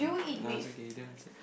nah it's okay you didn't answer